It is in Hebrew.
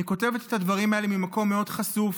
אני כותבת את הדברים האלה ממקום מאוד חשוף,